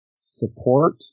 support